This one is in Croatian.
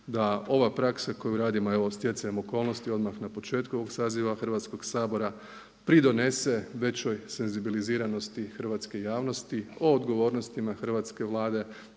da ova praksa koju radimo, evo stjecajem okolnosti odmah na početku ovog saziva Hrvatskog sabora pridonese većoj senzibiliziranosti hrvatske javnosti o odgovornostima hrvatske Vlade,